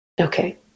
Okay